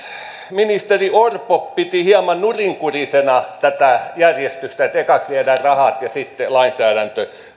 ministeri orpo piti hieman nurinkurisena tätä järjestystä että ekaksi viedään rahat ja sitten tulee